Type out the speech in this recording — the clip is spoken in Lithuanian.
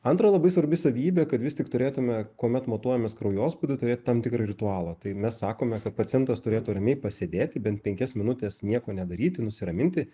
antra labai svarbi savybė kad vis tik turėtume kuomet matuojamės kraujospūdį turėt tam tikrą ritualą tai mes sakome kad pacientas turėtų ramiai pasėdėti bent penkias minutes nieko nedaryti nusiraminti